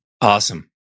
Awesome